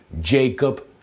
Jacob